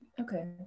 Okay